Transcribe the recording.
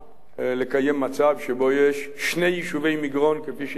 לקיים מצב שבו יש שני יישובי מגרון, כפי שנכתב